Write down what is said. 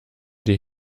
die